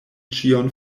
ĉion